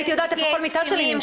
הייתי יודעת איפה כל מיטה שלי נמצאת.